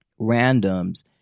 randoms